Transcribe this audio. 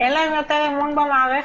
אין להם יותר אמון במערכת.